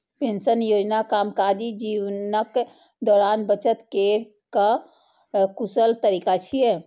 pension योजना कामकाजी जीवनक दौरान बचत केर कर कुशल तरीका छियै